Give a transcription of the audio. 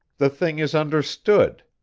the thing is understood.